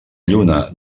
lluna